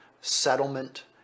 settlement